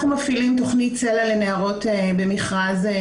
אנחנו מפעילים תכנית "צלם" לנערות במכרז.